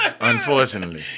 unfortunately